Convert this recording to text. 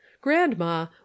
grandma